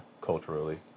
culturally